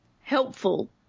helpful